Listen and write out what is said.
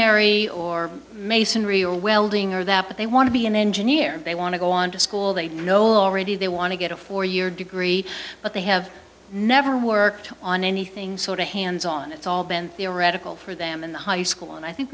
unary or masonry or welding or that but they want to be an engineer they want to go on to school they know already they want to get a four year degree but they have never worked on anything sort of hands on it's all been theoretical for them in the high school and i think